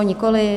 Nikoli.